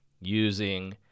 using